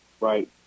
right